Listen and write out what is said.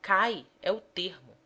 cai é o termo